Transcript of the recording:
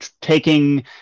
Taking